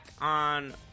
on